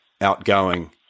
outgoing